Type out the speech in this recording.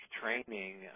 training